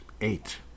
Eight